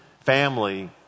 Family